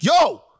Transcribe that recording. yo